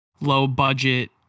low-budget